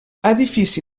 edifici